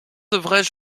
devrais